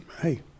hey